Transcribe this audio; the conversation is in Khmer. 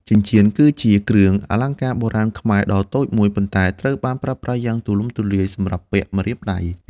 ចិញ្ចៀន គឺជាគ្រឿងអលង្ការបុរាណខ្មែរដ៏តូចមួយ ប៉ុន្តែត្រូវបានប្រើប្រាស់យ៉ាងទូលំទូលាយសម្រាប់ពាក់ ម្រាមដៃ។